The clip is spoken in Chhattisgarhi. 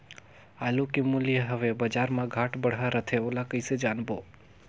आलू के मूल्य हवे बजार मा घाट बढ़ा रथे ओला कइसे जानबो?